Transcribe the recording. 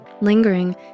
lingering